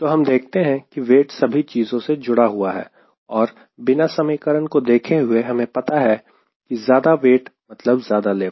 तो हम देखते हैं कि वेट सभी चीजों से जुड़ा हुआ है और बिना समीकरण को देखे हुए हमें पता है कि ज्यादा वेट मतलब ज्यादा लिफ्ट